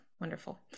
Wonderful